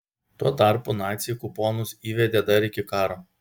tuo tarpu naciai kuponus įvedė dar iki karo